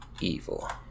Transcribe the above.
Evil